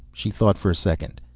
she thought for a second.